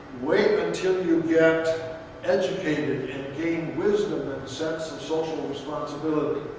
wait until you get educated and gain wisdom and a sense of social responsibility.